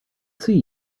see